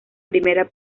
primera